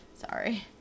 Sorry